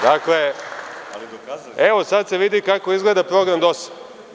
Dakle, evo sada se vidi kako izgleda program DOS-a.